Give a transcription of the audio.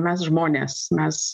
mes žmonės mes